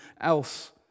else